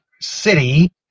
City